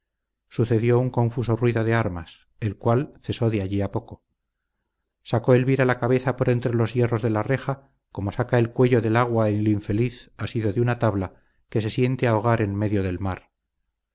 sucedió un confuso ruido de armas el cual cesó de allí a poco sacó elvira la cabeza por entre los hierros de la reja como saca el cuello del agua el infeliz asido de una tabla que se siente ahogar en medio del mar